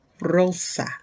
Rosa